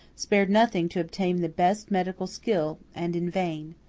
spared nothing to obtain the best medical skill, and in vain.